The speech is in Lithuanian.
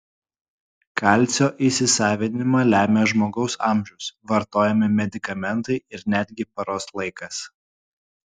kalcio įsisavinimą lemia žmogaus amžius vartojami medikamentai ir netgi paros laikas